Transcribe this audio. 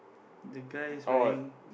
the guy is wearing